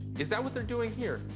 is that what they're doing here?